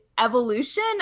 evolution